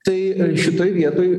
tai šitoj vietoj